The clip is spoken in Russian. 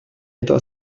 этого